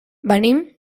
venim